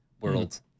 world